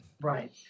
Right